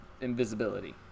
invisibility